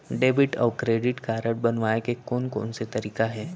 Debit अऊ credit card बनवाए के कोन कोन से तरीका हे?